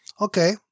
Okay